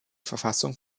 verfassung